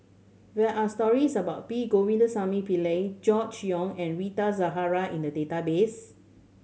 there are stories about P Govindasamy Pillai Gregory Yong and Rita Zahara in the database